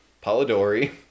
Polidori